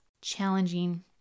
challenging